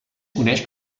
coneix